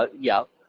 ah yeah,